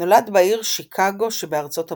נולד בעיר שיקגו שבארצות הברית,